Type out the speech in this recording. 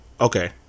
Okay